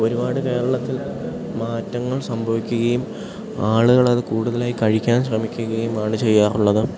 ഒരുപാട് കേരളത്തിൽ മാറ്റങ്ങൾ സംഭവിക്കുകയും ആളുകളത് കൂടുതലായി കഴിക്കാൻ ശ്രമിക്കുകയുമാണ് ചെയ്യാറുള്ളത്